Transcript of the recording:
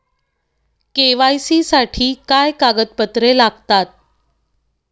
KYC साठी काय कागदपत्रे लागतात?